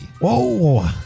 Whoa